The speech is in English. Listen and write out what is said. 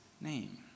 name